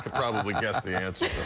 can probably guess the answer.